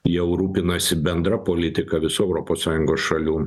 jau rūpinasi bendra politika visų europos sąjungos šalių